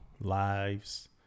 lives